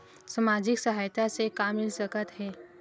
सामाजिक सहायता से का मिल सकत हे?